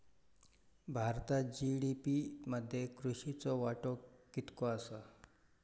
भारतात जी.डी.पी मध्ये कृषीचो वाटो कितको आसा?